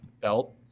belt